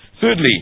Thirdly